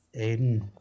Aiden